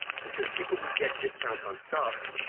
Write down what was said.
because people who get discounts on stuff